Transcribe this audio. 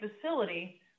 facility